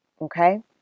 Okay